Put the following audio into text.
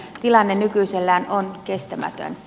tilanne nykyisellään on kestämätön